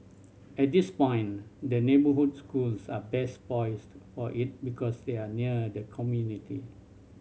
at this point the neighbourhood schools are best poised for it because they are near the community